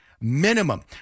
minimum